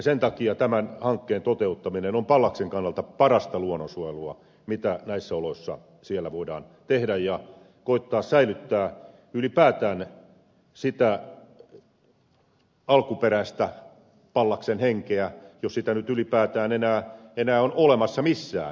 sen takia tämän hankkeen toteuttaminen on pallaksen kannalta parasta luonnonsuojelua mitä näissä oloissa siellä voidaan tehdä ja koittaa säilyttää ylipäätään sitä alkuperäistä pallaksen henkeä jos sitä nyt ylipäätään enää on olemassa missään